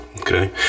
Okay